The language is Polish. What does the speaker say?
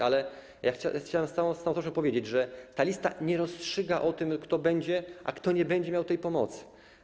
Ale chciałem z całą stanowczością powiedzieć, że ta lista nie rozstrzyga o tym, kto będzie miał, a kto nie będzie miał tej pomocy.